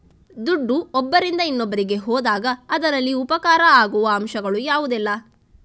ದುಡ್ಡು ಒಬ್ಬರಿಂದ ಇನ್ನೊಬ್ಬರಿಗೆ ಹೋದಾಗ ಅದರಲ್ಲಿ ಉಪಕಾರ ಆಗುವ ಅಂಶಗಳು ಯಾವುದೆಲ್ಲ?